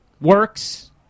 works